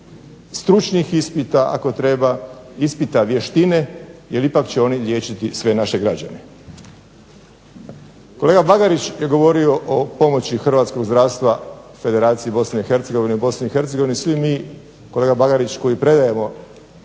stručnih ispita ako treba, ispita vještine. Jer ipak će oni liječiti sve naše građane. Kolega Bagarić je govorio o pomoći hrvatskog zdravstva Federaciji BiH. U BiH svi mi, kolega Bagarić, koji predajemo,